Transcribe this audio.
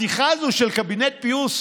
הבדיחה הזאת של קבינט פיוס,